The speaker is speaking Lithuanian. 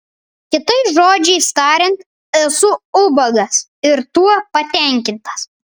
kitais žodžiais tariant esu ubagas ir tuo patenkintas